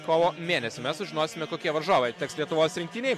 kovo mėnesį mes sužinosime kokie varžovai teks lietuvos rinktinei